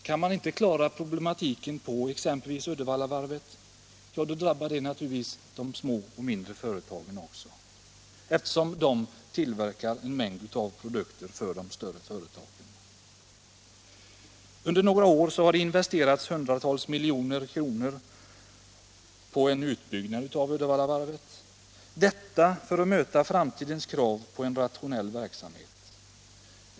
Kan man inte klara problematiken på t.ex. Uddevallavarvet så drabbas de små företagen också, eftersom de tillverkar en mängd produkter för de större företagen. Under några år har det investerats hundratals miljoner kronor på en utbyggnad av Uddevallavarvet, detta för att möta framtidens krav på en rationell verksamhet.